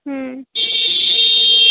হুম